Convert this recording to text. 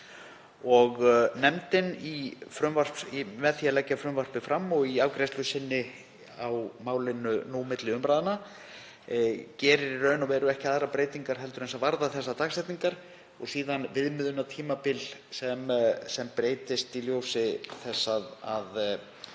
Nefndin, með því að leggja frumvarpið fram og í afgreiðslu sinni á málinu nú milli umræðna, gerir í rauninni ekki aðrar breytingar en sem varða þessar dagsetningar og síðan viðmiðunartímabilið sem breytist í ljósi þess að